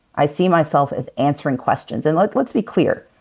i see myself as answering questions. and like let's be clear.